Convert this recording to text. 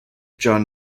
john